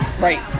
Right